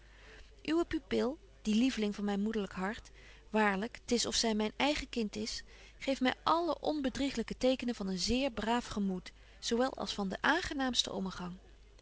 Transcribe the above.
uwe pupil die lieveling van myn moederlyk hart waarlyk t is of zy myn eigen kind is geeft my alle onbedriegelyke tekenen van een zeer braaf gemoed zo wel als van den aangenaamsten ommegang